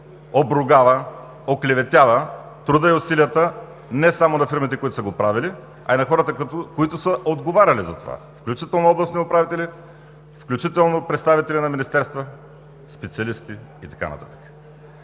обругава, оклеветява труда и усилията не само на фирмите, които са го правили, а и на хората, които са отговаряли за това, включително областни управители, включително представители на министерства, специалисти и така